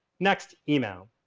next, email.